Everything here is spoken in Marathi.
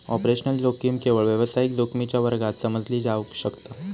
ऑपरेशनल जोखीम केवळ व्यावसायिक जोखमीच्या वर्गात समजली जावक शकता